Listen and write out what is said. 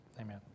Amen